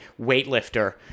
weightlifter